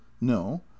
no